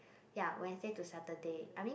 ya Wednesday to Saturday I mean